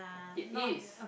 it is